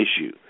issue